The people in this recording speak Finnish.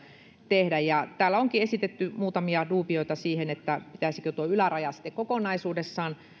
tehdä täällä onkin esitetty muutamia duubioita siitä pitäisikö yläraja kokonaisuudessaan